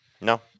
No